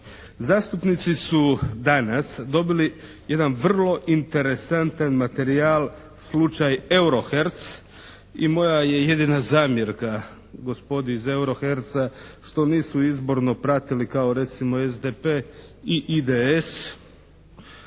Zastupnici su danas dobili jedan vrlo interesantan materijal slučaj Euroherc i moja je jedina zamjerka gospodi iz Euroherca što nisu izborno pratili kao recimo SDP i IDS,